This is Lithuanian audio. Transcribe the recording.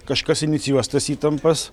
kažkas inicijuos tas įtampas